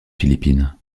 philippines